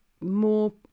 more